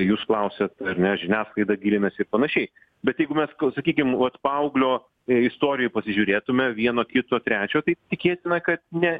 jūs klausiat ar ne žiniasklaida gilinasi ir panašiai bet jeigu mes sakykim vat paauglio istorijoj pasižiūrėtume vieno kito trečio tai tikėtina kad ne